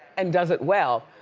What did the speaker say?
and does it well,